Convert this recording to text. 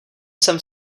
jsem